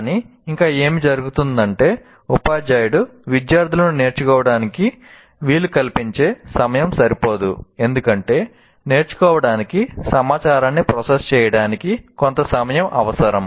కానీ ఇంకా ఏమి జరుగుతుందంటే ఉపాధ్యాయుడు విద్యార్థులను నేర్చుకోవటానికి వీలు కల్పించే సమయం సరిపోదు ఎందుకంటే నేర్చుకోవటానికి సమాచారాన్ని ప్రాసెస్ చేయడానికి కొంత సమయం అవసరం